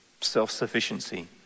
self-sufficiency